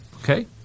Okay